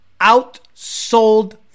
outsold